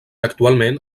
actualment